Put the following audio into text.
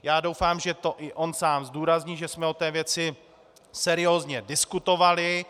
Já doufám, že to i on sám zdůrazní, že jsme o té věci seriózně diskutovali.